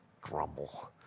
grumble